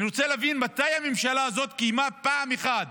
אני רוצה להבין מתי הממשלה הזאת קיימה פעם אחת